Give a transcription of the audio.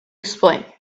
explain